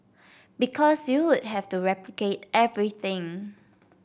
because you would have to replicate everything